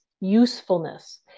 usefulness